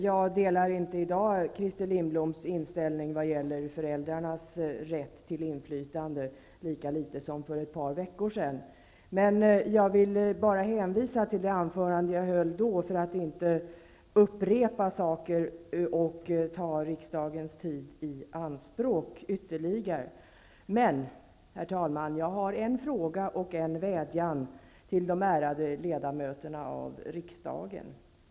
Herr talman! Jag delar inte Christer Lindbloms inställning när det gäller föräldrarnas rätt till inflytande, i dag lika litet som för ett par veckor sedan. Men för att inte upprepa saker och ytterligare ta riksdagens tid i anspråk vill jag bara hänvisa till det anförande jag då höll. Men, herr talman, jag har en fråga och en vädjan till de ärade ledamöterna av riksdagen.